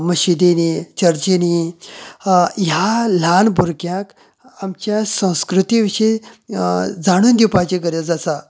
मशीदीनी चर्चींनी ह्या ल्हान भुरग्यांक संसकृती विशयी जाणून दिवपाची गरज आसा